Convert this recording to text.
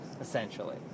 essentially